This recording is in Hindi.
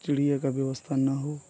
चिड़िया की व्यवस्था ना हो